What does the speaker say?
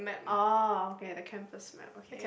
ah okay the campus map okay